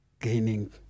gaining